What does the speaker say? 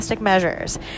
measures